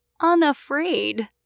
unafraid